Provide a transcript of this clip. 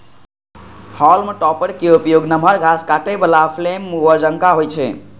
हाल्म topper के उपयोग नमहर घास काटै बला फ्लेम मूवर जकां होइ छै